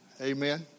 Amen